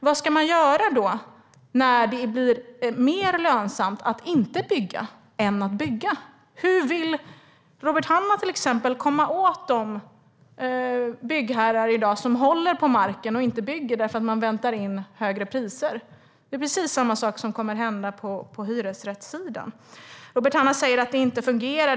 Vad ska man göra när det blir mer lönsamt att inte bygga än att bygga? Hur vill Robert Hannah till exempel komma åt de byggherrar som i dag håller på marken och inte bygger därför att de väntar in högre priser? Det är precis samma sak som kommer att hända på hyresrättssidan. Robert Hannah säger att det inte fungerar.